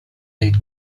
lead